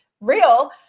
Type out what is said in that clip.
real